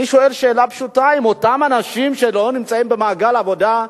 אני שואל שאלה פשוטה: אם אותם אנשים שלא נמצאים במעגל עבודה,